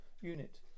unit